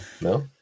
No